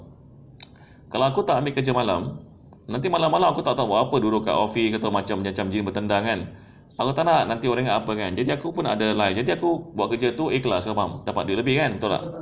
kalau aku tak ambil kerja malam nanti malam-malam aku tak tahu buat apa duduk kat office macam ni aku tak nak nanti orang ingat apa kan jadi aku pun nak ada lah jadi aku buat kerja tu ikhlas kau faham dapat duit lebih kan betul tak